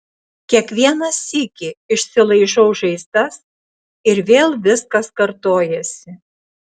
kiekvieną sykį išsilaižau žaizdas ir vėl viskas kartojasi